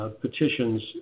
petitions